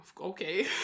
okay